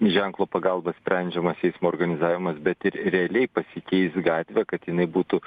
ženklo pagalba sprendžiamas eismo organizavimas bet ir realiai pasikeis gatvė kad jinai būtų